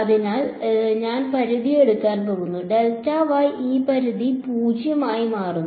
അതിനാൽ ഞാൻ പരിധി എടുക്കാൻ പോകുന്നു ഈ പരിധി 0 ആയി മാറുന്നു